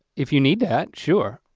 if you need that, sure.